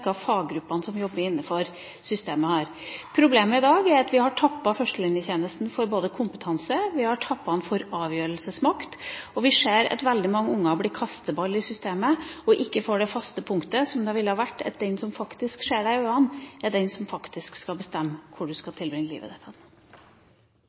faggruppene som jobber innenfor systemet, har. Problemet i dag er at vi har tappet førstelinjetjenesten for kompetanse, og vi har tappet den for avgjørelsesmakt. Vi ser at veldig mange unger blir kasteball i systemet og ikke får det faste punktet som det ville ha vært om den som ser deg i øynene, er den som faktisk skal bestemme hvor du skal